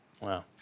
Wow